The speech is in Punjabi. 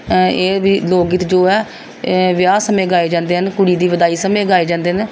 ਇਹ ਵੀ ਲੋਕ ਗੀਤ ਜੋ ਹੈ ਵਿਆਹ ਸਮੇਂ ਗਾਏ ਜਾਂਦੇ ਹਨ ਕੁੜੀ ਦੀ ਵਿਦਾਈ ਸਮੇਂ ਗਾਏ ਜਾਂਦੇ ਨੇ